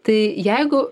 tai jeigu